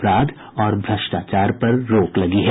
अपराध और भ्रष्टाचार पर रोक लगी है